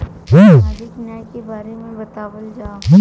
सामाजिक न्याय के बारे में बतावल जाव?